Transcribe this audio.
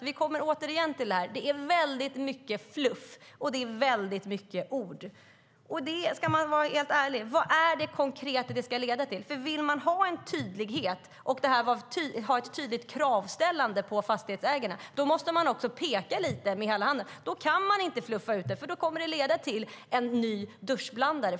Vi kommer återigen till att det är väldigt mycket fluff och väldigt mycket ord. Låt oss vara helt ärliga. Vad är det som detta ska leda till konkret? Om man vill ha en tydlighet och ett tydligt kravställande på fastighetsägarna måste man också peka med hela handen. Då kan man inte fluffa ut det, för det kommer att leda till en ny duschblandare.